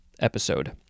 episode